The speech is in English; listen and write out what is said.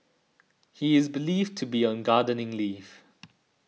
he is believed to be on gardening leave